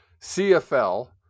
CFL